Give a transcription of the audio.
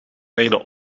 werden